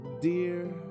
Dear